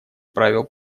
правил